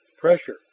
Pressure